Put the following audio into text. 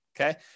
okay